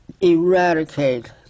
eradicate